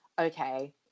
okay